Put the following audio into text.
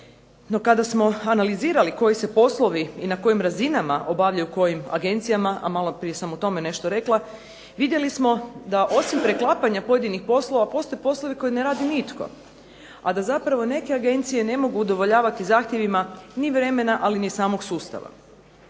No kada smo analizirali koji se poslovi i na kojim razinama obavljaju u kojim agencijama, a malo prije sam o tome nešto rekla, vidjeli smo da osim preklapanja pojedinih poslova postoje poslovi koje ne rade nitko, a da zapravo neke agencije ne mogu udovoljavati zahtjevima ni vremena ali ni samog sustava.